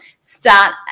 start